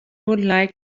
like